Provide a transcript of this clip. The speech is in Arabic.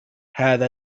هذا